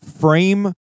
frame